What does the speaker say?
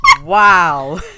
Wow